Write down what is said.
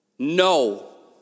No